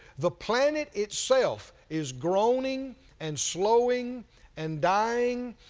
the planet itself is groaning and slowing and dying.